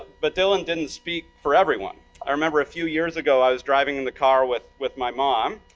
but dylan didn't speak for everyone. i remember a few years ago, i was driving in the car with with my mom.